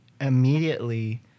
immediately